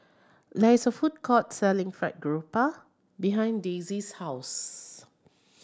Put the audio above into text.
there is a food court selling Fried Garoupa behind Daisie's house